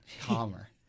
Calmer